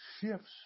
shifts